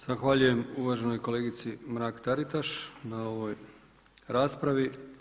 Zahvaljujem uvaženoj kolegici Mrak Taritaš na ovoj raspravi.